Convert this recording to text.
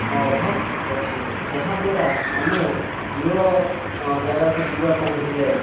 ଅଭାବ ଅଛି ଯାହା ଦ୍ୱାରା ଆମେ ଦୂର ଅଁ ଜାଗାକୁ ଯିବାପାଇଁ ହେଲେ